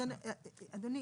אז אדוני,